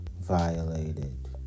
violated